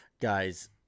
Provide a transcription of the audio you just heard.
Guys